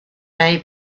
may